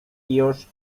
już